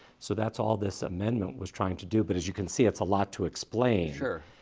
so that's all this amendment was trying to do. but as you can see, it's a lot to explain. sure.